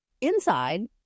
inside